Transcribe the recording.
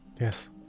Yes